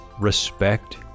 respect